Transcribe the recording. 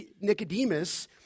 Nicodemus